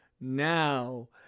Now